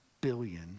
billion